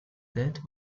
death